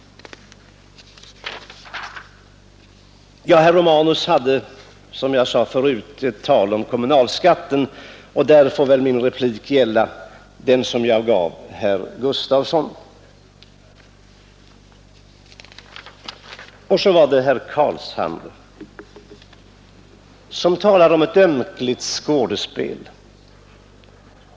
Herr Romanus talade också, som jag nämnde förut, om kommunalskatten, och därvidlag får väl den replik gälla som jag gav herr Gustavsson i Alvesta. Herr Carlshamre talade om ett ömkligt skådespel.